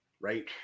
Right